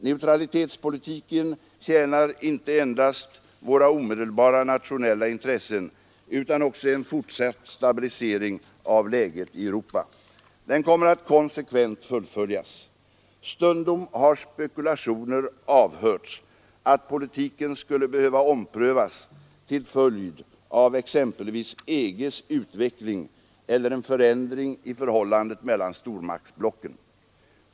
Neutralitetspolitiken tjänar inte endast våra omedelbara nationella intressen utan också en fortsatt stabilisering av läget i Europa. Den kommer att konsekvent fullföljas. Stundom har spekulationer avhörts att politiken skulle behöva omprövas till följd av exempelvis EG:s utveckling eller en förändring i förhållandet mellan stormaktsblocken.